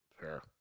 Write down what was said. Sure